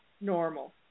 normal